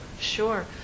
Sure